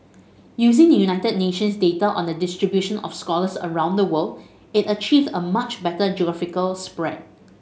using United Nations data on the distribution of scholars around the world it achieved a much better geographical spread